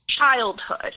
childhood